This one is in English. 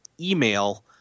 email